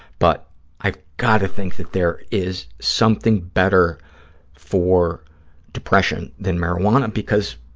but i've got to think that there is something better for depression than marijuana because